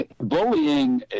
bullying